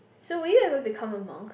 so will you ever become a monk